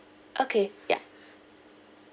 okay ya